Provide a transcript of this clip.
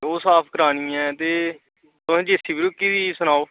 ते ओह् साफ करानी ऐ ते तुसें जेसीबी रक्खी दी ऐ सनाओ